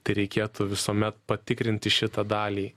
tai reikėtų visuomet patikrinti šitą dalį